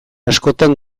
askotan